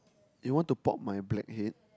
you want to pop my blackhead